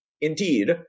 Indeed